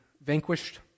vanquished